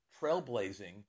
trailblazing